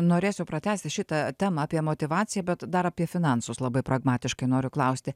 norėsiu pratęsti šitą temą apie motyvaciją bet dar apie finansus labai pragmatiškai noriu klausti